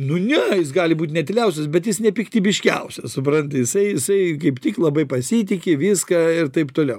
nu ne jis gali būt ne tyliausias bet jis nepiktybiškiausias supranti jisai jisai kaip tik labai pasitiki viską ir taip toliau